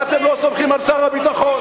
ואתם לא סומכים על שר הביטחון,